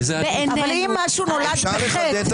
אם משהו נולד בחטא,